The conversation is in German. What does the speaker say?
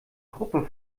gruppe